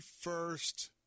first